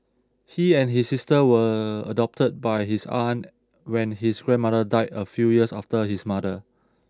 he and his sister were adopted by his aunt when his grandmother died a few years after his mother